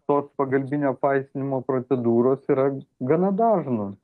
tos pagalbinio apvaisinimo procedūros yra gana dažnos